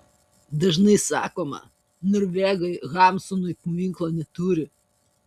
dažnai sakoma norvegai hamsunui paminklo neturi